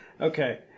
okay